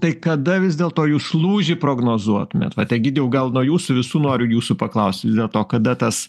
tai kada vis dėlto jūs lūžį prognozuotumėt vat egidijau gal nuo jūsų visų noriu jūsų paklaust vis dėl to kada tas